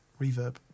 reverb